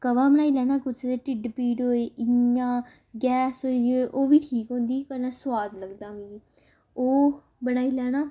कवा बनाई लैना कुसै दे ढिड्ड पीड़ होई इ'यां गैस होई दी होए ओह् बी ठीक होंदी कन्नै सोआद लगदा मिगी ओह् बनाई लैना